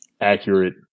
accurate